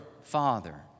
Father